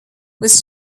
was